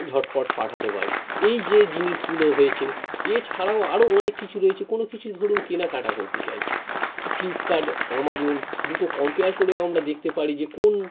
ঝটপট পাঠাতে পারি এই যে জিনিসগুলো হয়েছে এছাড়াও আরও অনেক কিছু রয়েছে কোনও কিছু ধরুন কেনাকাটা করতে চাইছি ফ্লিপকার্ট অ্যামাজন দুটো কম্পেয়ার করেও আমরা দেখতে পারি যে কোন